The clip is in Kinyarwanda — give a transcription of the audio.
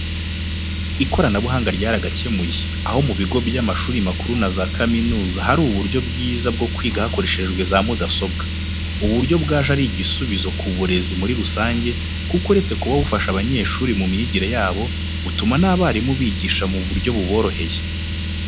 Ikoranabuhanga ryaragakemuye, aho mu bigo by'amashuri makuru na za kaminuza hari uburyo bwiza bwo kwiga hakoreshejwe za mudasobwa. Ubu buryo bwaje ari igisubizo ku burezi muri rusange kuko uretse kuba bufasha abanyeshuri mu myigire yabo, butuma n'abarimu bigisha mu buryo buboroheye.